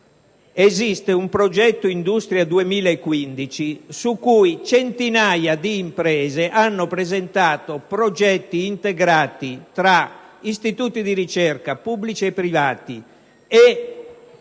esiste il programma "Industria 2015", su cui centinaia di imprese hanno presentato progetti integrati tra istituti di ricerca pubblici e privati e